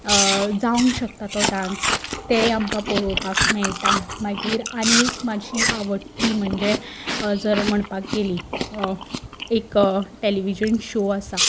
जावंक शकता तो डान्स तेंय आमकां पोळोपाक मेयटा मागीर आनी एक म्हाजी आवडटी म्हणजे जर म्हणपाक गेलीं एक टेलीविजन शो आसा